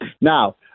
Now